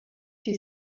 die